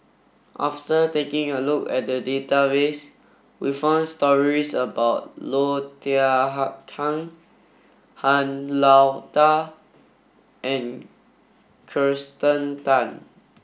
after taking a look at the database we found stories about Low Thia Khiang Han Lao Da and Kirsten Tan